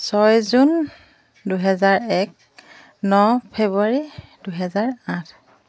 ছয় জুন দুহেজাৰ এক ন ফেব্ৰুৱাৰী দুহেজাৰ আঠ